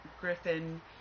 Griffin